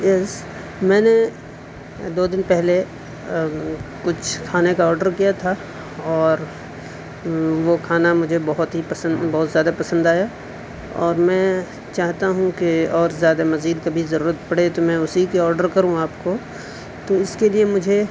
یس میں نے دو دن پہلے کچھ کھانے کا آڈر کیا تھا اور وہ کھانا مجھے بہت ہی پسند بہت زیادہ پسند آیا اور میں چاہتا ہوں کہ اور زیادہ مزید کبھی ضرورت پڑے تو میں اسی کی آڈر کروں آپ کو تو اس کے لیے مجھے